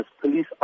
police